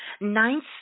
Ninth